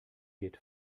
geht